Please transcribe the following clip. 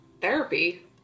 therapy